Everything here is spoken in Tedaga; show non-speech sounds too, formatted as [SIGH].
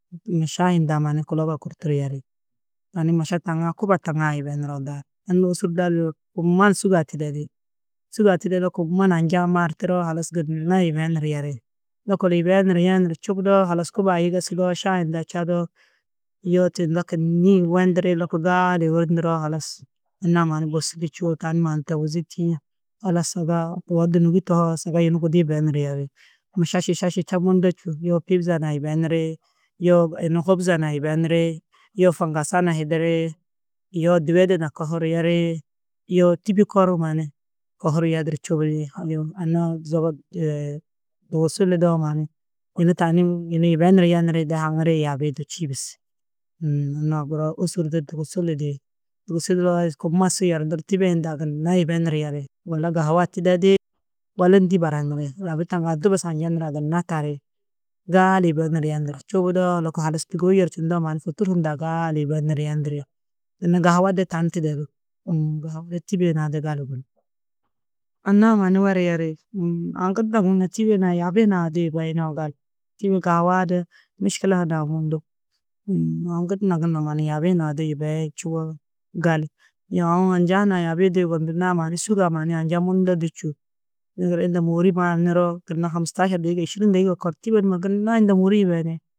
[HESITATION] šahi hundã mannu kulogo kûrturu yeri. Tani maša taŋaã kuba taŋã yibenuroo daaru. Anna ôsurda lidoo, kummaã sûgu-ã tidedi. Sûgu-ã tidedoo kummanu anja-ã maaru tiroo halas gunna yibenuru yeri. Lôko yibenuru yenuru čubudoo halas kuba-ã yigisudoo šahi hundã čadoo yoo tunda kînnii wendiri. Lôko gaali wenduroo halas anna-ã mannu bosidi čûo, tani mannu tobuzi tîyi halas saga wô dûnogi tohoo saga yunu gudi yibenuru yeri. Maša šiša šiša mundu čûo. Yoo pîpza na yibeniri, yoo yunu hôbza na yibeniri, yoo fuŋgasa na hidiri, yoo dûwede na kuhuru yeri, yoo tîbi koru mannu kohuru yeduru čubudi. Yoo anna-ã zogo [HESITATION] dugusu lidoo mannu yunu tani yunu yibenuru yenirĩ de haŋiri yaabi-ĩ du čî bes. Uũ anna-ã guru ôsurdo dugusu lidi. Dugusu lidoo kômma su yerduru tîbe hundã gunna yibenuru yeri. Walla gahua-ã tidedi walla ndî baraniri. Yaabi taŋã du bes anja nurã gunna tari. Gaali yibenuru yenuru čubudoo lôko halas tûgohu yerčindoo mannu futur hundã gaali yibenuru yendiri. [HESITATION] gahua de tani tidedú uũ gahua de tîbe hunã de gali gunú. Anna-ã mannu wura yeri uũ. Aũ gunna gunna tîbi hunã yaabi hunã du yibeyunoo gali. Tîbe gahuaa-ã de miškila hundã mundu. Uũ aũ gunna gunna mannu yaabi hunã du yibeyi čuboo gali. Yo aũ anja hunã yaabi du yugondunaá mannu sûgu-ã mannu anja mundu du čûo. Ndigiri unda môori mau niroo gunna hamstašir dêgige êširin dîgige kor tîbe numa gunna unda môori yibeniĩ.